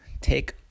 take